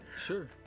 sure